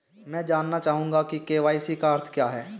मैं जानना चाहूंगा कि के.वाई.सी का अर्थ क्या है?